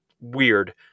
weird